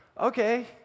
Okay